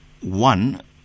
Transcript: One